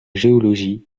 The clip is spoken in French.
géologie